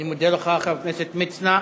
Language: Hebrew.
אני מודה לך, חבר הכנסת מצנע.